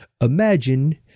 Imagine